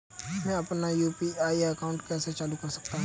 मैं अपना UPI account कैसे चालू कर सकता हूँ?